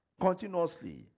Continuously